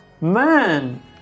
Man